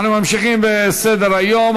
אנחנו ממשיכים בסדר-היום.